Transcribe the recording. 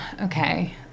Okay